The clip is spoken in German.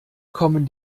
kommen